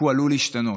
כי הוא עלול להשתנות.